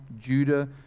Judah